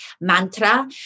mantra